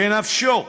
בנפשו,